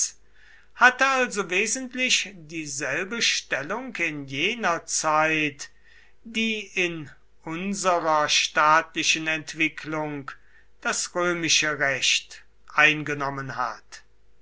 hatte also wesentlich dieselbe stellung in jener zeit die in unserer staatlichen entwicklung das römische recht eingenommen hat